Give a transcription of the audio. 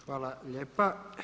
Hvala lijepa.